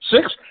six